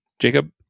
jacob